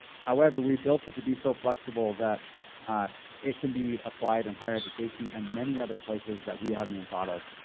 however, we built it to be so flexible that it can be applied on and higher education and many other places that we haven't even thought of.